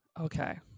Okay